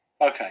okay